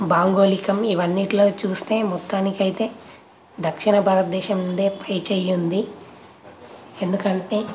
భౌగోళికం ఇవి అన్నింటిలో చూస్తే మొత్తానికి అయితే దక్షిణ భారతదేశంది పై చేయి ఉంది ఎందుకంటే